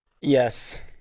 yes